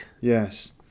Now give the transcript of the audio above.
Yes